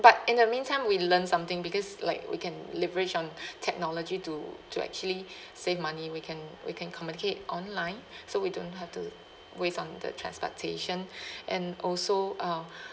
but in the meantime we learn something because like we can leverage on technology to to actually save money we can we can communicate online so we don't have to waste on the transportation and also uh